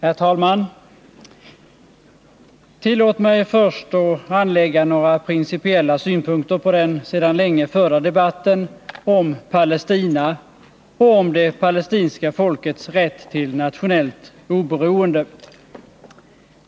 Herr talman! Tillåt mig att först anlägga några principiella synpunkter på den sedan länge förda debatten om Palestina och om det palestinska folkets rätt till nationellt oberoende.